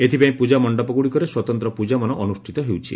ଏଥିପାଇଁ ପୂଜାମଣ୍ଡପଗୁଡ଼ିକରେ ସ୍ୱତନ୍ତ ପୂଜାମାନ ଅନୁଷିତ ହେଉଛି